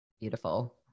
Beautiful